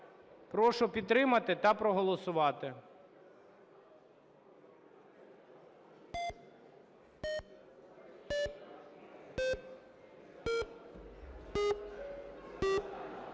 Прошу підтримати та проголосувати.